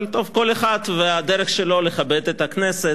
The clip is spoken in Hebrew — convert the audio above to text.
כל אחד והדרך שלו לכבד את הכנסת.